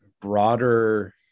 broader